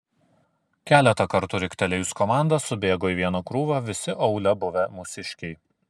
keletą kartų riktelėjus komandą subėgo į vieną krūvą visi aūle buvę mūsiškiai